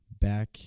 back